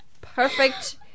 perfect